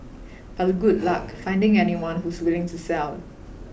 but good luck finding anyone who's willing to sell